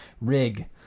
Rig